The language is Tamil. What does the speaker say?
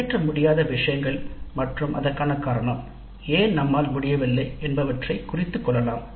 உரையாற்ற முடியாத விஷயங்கள் மற்றும் அதற்கான காரணம் ஏன் நம்மால் முடியவில்லை என்பவற்றைக் குறித்துக் கொள்ளலாம்